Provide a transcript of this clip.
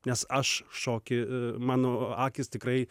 nes aš šokį mano akys tikrai